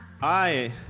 Hi